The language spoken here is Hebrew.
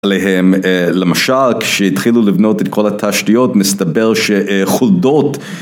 עליהם. למשל כשהתחילו לבנות את כל התשתיות מסתבר שחולדות